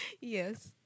Yes